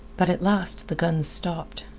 but at last the guns stopped,